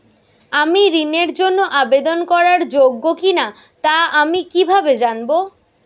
আমি ঋণের জন্য আবেদন করার যোগ্য কিনা তা আমি কীভাবে জানব?